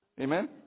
Amen